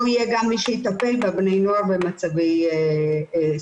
יהיה גם מי שיטפל בבני הנוער במצבי סיכון.